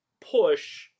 push